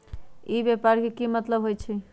ई व्यापार के की मतलब होई छई?